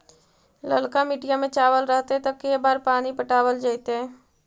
ललका मिट्टी में चावल रहतै त के बार पानी पटावल जेतै?